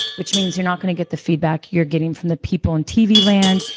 which means you're not going to get the feedback you're getting from the people in tv land,